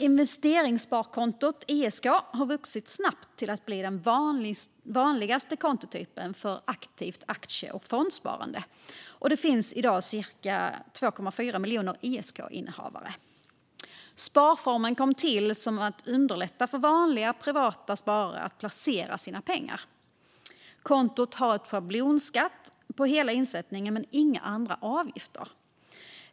Investeringssparkontot, ISK, har vuxit snabbt till att bli den vanligaste kontotypen för aktivt aktie och fondsparande. Det finns i dag cirka 2,4 miljoner ISK-innehavare. Sparformen kom till för att underlätta för vanliga privata sparare att placera sina pengar. Kontot har en schablonskatt på hela insättningen men inga andra avgifter.